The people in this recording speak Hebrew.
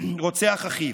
רוצח אחיו: